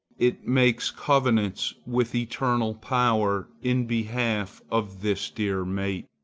it makes covenants with eternal power in behalf of this dear mate.